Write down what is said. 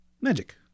Magic